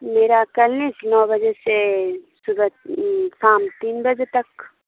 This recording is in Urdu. میرا کلینک نو بجے سے صبح شام تین بجے تک